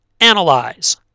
Analyze